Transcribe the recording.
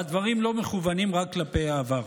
והדברים לא מכוונים רק כלפי העבר.